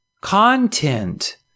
Content